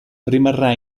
rimarrà